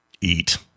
Eat